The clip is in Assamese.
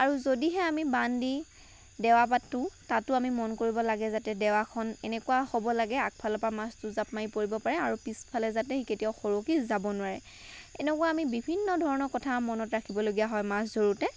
আৰু যদিহে আমি বান্ধ দি দেৱা পাতোঁ তাতো আমি মন কৰিব লাগে যাতে দেৱাখন এনেকুৱা হ'ব লাগে আগফালৰপা মাছটো জাঁপ মাৰি পৰিব পাৰে আৰু পিছফালে যাতে সি কেতিয়াও সৰকি যাব নোৱাৰে এনেকুৱা আমি বিভিন্ন ধৰণৰ কথা মন কৰিবলগীয়া হয় মাছ ধৰোঁতে